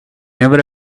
never